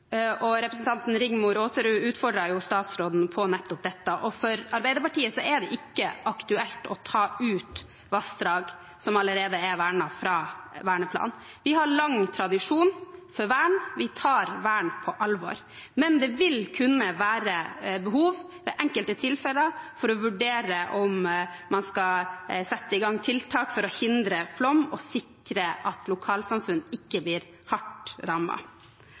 og representanten Rigmor Aasrud utfordret jo statsråden på nettopp dette. For Arbeiderpartiet er det ikke aktuelt å ta ut vassdrag som allerede er vernet, fra verneplanen. Vi har lang tradisjon for vern, vi tar vern på alvor, men det vil ved enkelte tilfeller kunne være behov for å vurdere om man skal sette i gang tiltak for å hindre flom og sikre at lokalsamfunn ikke blir hardt